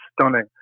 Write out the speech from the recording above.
stunning